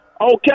okay